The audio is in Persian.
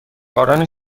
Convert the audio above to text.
باران